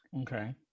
Okay